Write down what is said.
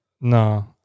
No